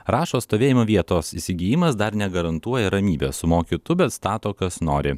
rašo stovėjimo vietos įsigijimas dar negarantuoja ramybės sumoki tu bet stato kas nori